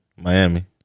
Miami